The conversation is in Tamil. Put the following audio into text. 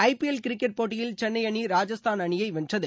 ஐ பி எல் கிரிக்கெட் போட்டியில் சென்னை அணி ராஜஸ்தான் அணியை வென்றது